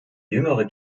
jüngere